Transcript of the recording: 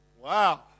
Wow